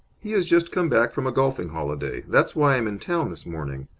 he has just come back from a golfing holiday. that's why i'm in town this morning.